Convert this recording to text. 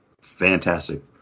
Fantastic